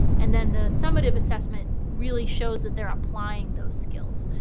and then the assumptive assessment really shows that they're applying those skills.